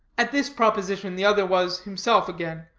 at this proposition the other was himself again,